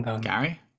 Gary